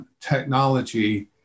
technology